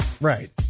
right